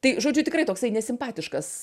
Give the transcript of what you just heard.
tai žodžiu tikrai toksai nesimpatiškas